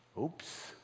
Oops